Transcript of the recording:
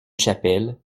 chapelle